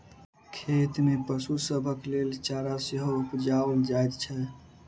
खेत मे पशु सभक लेल चारा सेहो उपजाओल जाइत छै